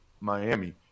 Miami